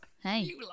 Hey